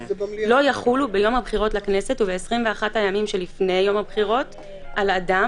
לא יחולו ביום הבחירות לכנסת וב-21 הימים שלפני יום הבחירות על אדם